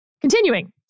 Continuing